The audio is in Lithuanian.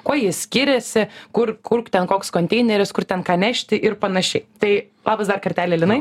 kuo ji skiriasi kur kur ten koks konteineris kur ten ką nešti ir panašiai tai labas dar kartelį linai